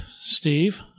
Steve